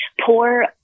poor